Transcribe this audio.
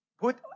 put